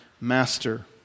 master